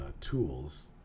tools